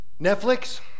Netflix